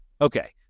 Okay